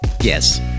yes